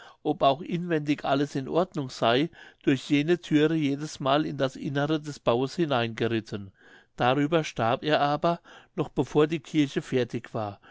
ob auch inwendig alles in ordnung sey durch jene thüre jedesmal in das innere des baues hineingeritten darüber starb er aber noch bevor die kirche fertig war